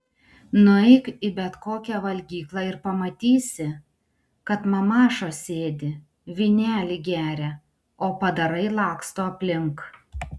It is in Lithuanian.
nueik į bet kokią valgyklą ir pamatysi kad mamašos sėdi vynelį geria o padarai laksto aplink